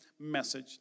message